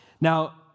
Now